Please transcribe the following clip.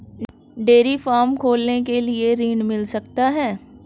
Dairy farm खोलने के लिए ऋण मिल सकता है?